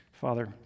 Father